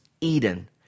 Eden